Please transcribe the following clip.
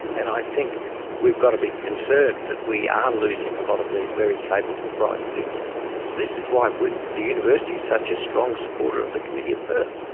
and i think we've got to be concerned that we are losing a lot of these very capable, bright people. and this is why the university's such a strong supporter of the committee of perth,